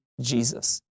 Jesus